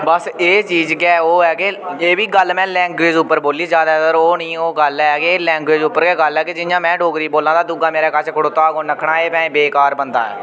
बस एह् चीज गै ऐ जे बी गल्ल में लैंग्वेज उप्पर बोली ज्यादातर ओह् नि ओह् गल्ल हे के लैंगुएज उप्पर गै गल्ल ऐ कि जियां में डोगरी बोलै दा दूआ मेरे कश खड़ोता दा होगा उन्न आक्खना ऐ भेंऽ बेकार बंदा ऐ